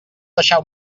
deixar